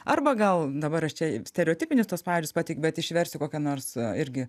arba gal dabar aš čia stereotipinius tuos pavyzdžius pateik bet išversiu kokią nors irgi